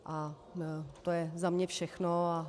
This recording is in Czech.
A to je za mě všechno.